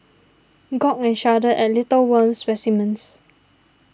gawk and shudder a little at worm specimens